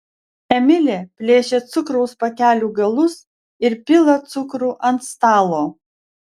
emilė plėšia cukraus pakelių galus ir pila cukrų ant stalo